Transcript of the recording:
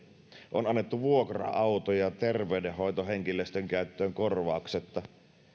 on annettu vuokra autoja terveydenhoitohenkilöstön käyttöön korvauksetta